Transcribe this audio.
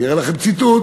אני אראה לכם ציטוט,